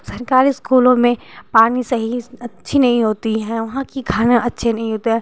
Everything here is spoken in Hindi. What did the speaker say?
सरकारी इस्कूलों में पानी सही अच्छी नहीं होती है वहाँ कि खाना अच्छे नहीं होता है